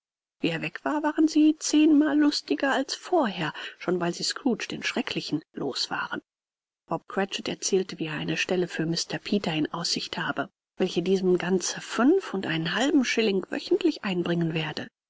wie er weg war waren sie zehnmal lustiger als vorher schon weil sie scrooge den schrecklichen los waren bob cratchit erzählte wie er eine stelle für mr peter in aussicht habe welche diesem ganzer fünf und einen halben schilling wöchentlich einbringen werde